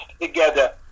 together